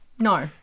No